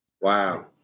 wow